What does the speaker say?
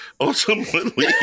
ultimately